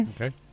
Okay